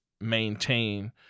maintain